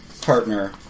partner